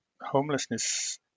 homelessness